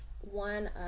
one